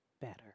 better